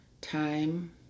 time